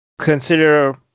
consider